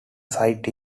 site